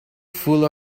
full